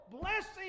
blessing